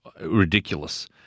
ridiculous